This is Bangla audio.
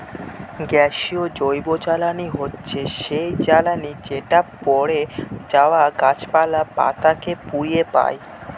গ্যাসীয় জৈবজ্বালানী হচ্ছে সেই জ্বালানি যেটা পড়ে যাওয়া গাছপালা, পাতা কে পুড়িয়ে পাই